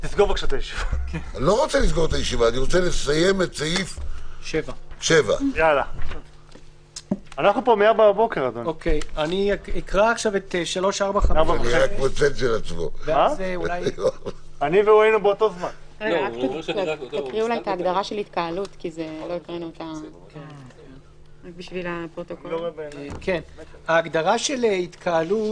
אני רוצה לסיים את סעיף 7. ההגדרה של "התקהלות"